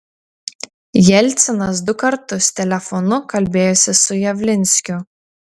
jelcinas du kartus telefonu kalbėjosi su javlinskiu